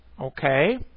Okay